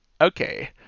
okay